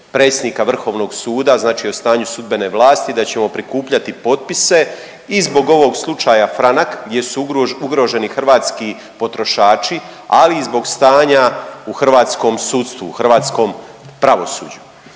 predsjednika Vrhovnog suda, znači o stanju sudbene vlasti, da ćemo prikupljati potpise i zbog ovog slučaja franak gdje su ugroženi hrvatski potrošači, ali i zbog stanja u hrvatskom sudstvu, u hrvatskom pravosuđu.